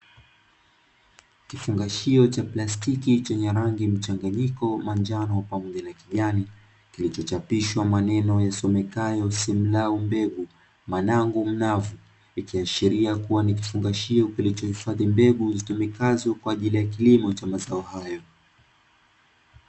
Kifungashio cha plastiki chenye rangi mchanganyiko manjano pamoja na kijani, kilichochapishwa maneno yasomekayo "Simlaw" mbegu manangu mnavu. Ikiashiria kuwa ni kifungashio kilichohifadhi mbegu zitumikazo kwa ajili ya kilimo ya mazao hayo.